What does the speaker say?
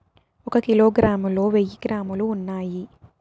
ఒక కిలోగ్రామ్ లో వెయ్యి గ్రాములు ఉన్నాయి